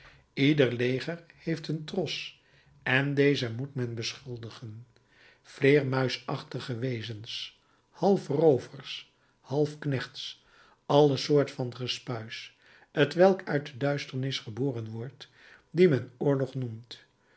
ieder leger heeft een tros en dezen moet men beschuldigen vleermuisachtige wezens half roovers half knechts alle soort van gespuis t welk uit de duisternis geboren wordt die men oorlog noemt